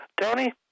Tony